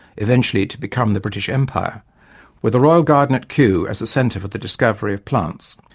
eventually to become the british empire with the royal garden at kew as the centre for the discovery of plants,